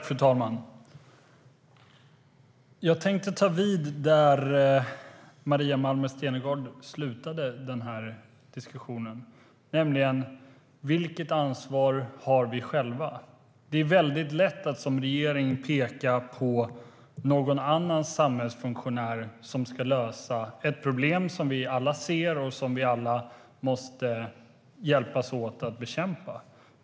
Fru talman! Jag tänkte ta vid där Maria Malmer Stenergard slutade, nämligen: Vilket ansvar har vi själva? Det är väldigt lätt att som regering peka på någon annan samhällsfunktionär som ska lösa ett problem som vi alla ser och som vi alla måste hjälpas åt att bekämpa.